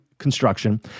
construction